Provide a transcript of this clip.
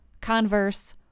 Converse